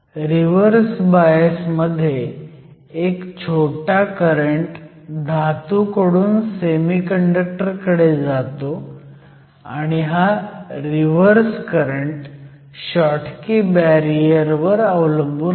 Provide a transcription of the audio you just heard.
reverse bias मध्ये एक छोटा करंट धातूकडून सेमीकंडक्टर कडे जातो आणि हा रिव्हर्स करंट शॉटकी बॅरियर वर अवलंबून आहे